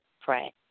pray